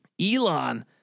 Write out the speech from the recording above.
Elon